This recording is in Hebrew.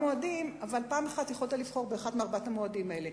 אבל פעם אחת יכולת לבחור באחד מארבעת המועדים האלה.